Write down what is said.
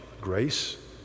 grace